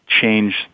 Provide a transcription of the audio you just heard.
change